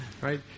Right